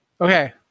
Okay